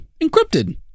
encrypted